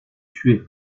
tué